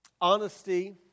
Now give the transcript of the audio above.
honesty